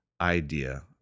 idea